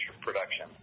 production